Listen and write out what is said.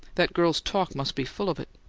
that girl's talk must be full of it.